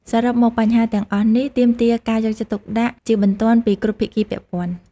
សរុបមក បញ្ហាទាំងអស់នេះទាមទារការយកចិត្តទុកដាក់ជាបន្ទាន់ពីគ្រប់ភាគីពាក់ព័ន្ធ។